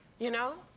you know?